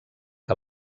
que